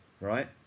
right